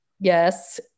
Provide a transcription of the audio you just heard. yes